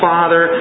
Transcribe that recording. Father